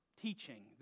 teaching